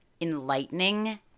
enlightening